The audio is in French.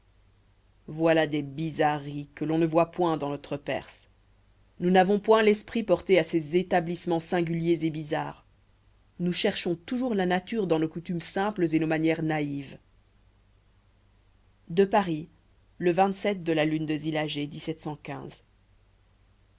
voilà des bizarreries que l'on ne voit point dans notre perse nous n'avons point l'esprit porté à ces établissements singuliers et bizarres nous cherchons toujours la nature dans nos coutumes simples et nos manières naïves à paris le de la lune de